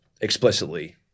explicitly